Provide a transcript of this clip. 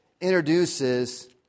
introduces